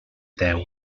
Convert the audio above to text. deu